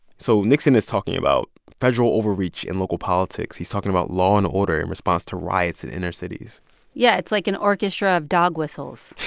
so nixon is talking about federal overreach in local politics. he's talking about law and order in response to riots in inner cities yeah. it's like an orchestra of dog whistles